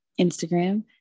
Instagram